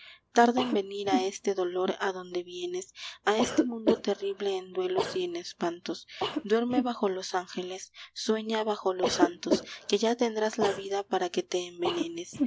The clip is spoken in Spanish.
tarda en venir a este dolor a donde vienes a este mundo terrible en duelos y en espantos duerme bajo los angeles sueña bajo los santos que ya tendrás la vida para que te envenenes